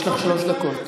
יש לך שלוש דקות.